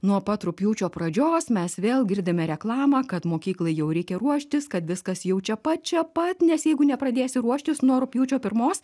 nuo pat rugpjūčio pradžios mes vėl girdime reklamą kad mokyklai jau reikia ruoštis kad viskas jau čia pat čia pat nes jeigu nepradėsi ruoštis nuo rugpjūčio pirmos